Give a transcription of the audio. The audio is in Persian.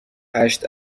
هشت